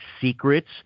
secrets